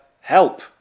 Help